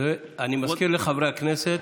אני מזכיר לחברי הכנסת: